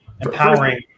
empowering